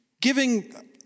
giving